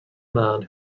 man